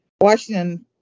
Washington